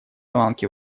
ланки